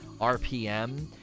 RPM